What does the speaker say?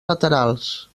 laterals